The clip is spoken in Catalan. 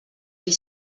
qui